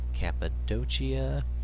Cappadocia